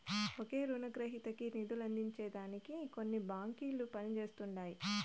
ఒకే రునగ్రహీతకి నిదులందించే దానికి కొన్ని బాంకిలు పనిజేస్తండాయి